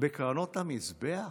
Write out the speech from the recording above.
בקרנות המזבח?